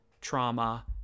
trauma